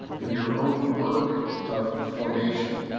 in your own work of formation.